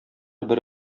бер